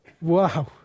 Wow